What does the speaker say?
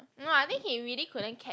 no ah I think he really couldn't catch